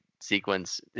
sequence